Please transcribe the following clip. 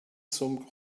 zum